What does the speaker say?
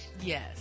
Yes